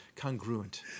Congruent